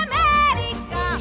America